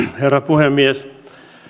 herra puhemies